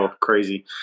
crazy